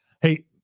Hey